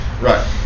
right